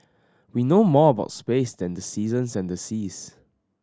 we know more about space than the seasons and the seas